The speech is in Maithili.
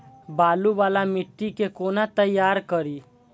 बालू वाला मिट्टी के कोना तैयार करी?